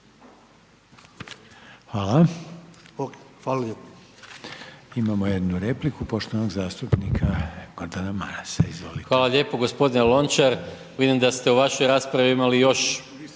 Hvala. Imamo jednu repliku, poštovanog zastupnika Gordana Marasa. **Maras, Gordan (SDP)** Hvala lijepo. Gospodine Lončar, vidim da ste u vašoj raspravi imali još